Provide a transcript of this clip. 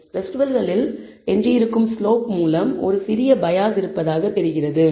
ரெஸிடுவல்களில் எஞ்சியிருக்கும் ஸ்லோப் மூலம் ஒரு சிறிய பயாஸ் இருப்பதாக தெரிகிறது